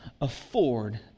afford